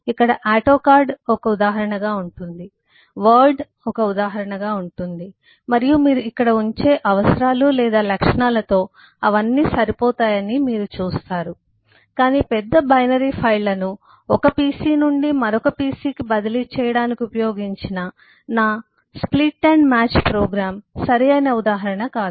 ఇక్కడ ఆటోకాడ్ ఒక ఉదాహరణగా ఉంటుంది ఇక్కడ వర్డ్ ఒక ఉదాహరణగా ఉంటుంది మరియు మీరు ఇక్కడ ఉంచే అవసరాలు లేదా లక్షణాలతో అవన్నీ సరిపోతాయని మీరు చూస్తారు కాని పెద్ద బైనరీ ఫైళ్ళను ఒక పిసి నుండి మరొక పిసి బదిలీ చేయడానికి ఉపయోగించిన నా స్ప్లిట్ అండ్ మ్యాచ్ ప్రోగ్రామ్ సరి అయిన ఉదాహరణ కాదు